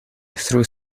through